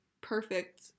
perfect